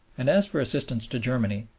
and as for assistance to germany,